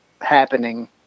happening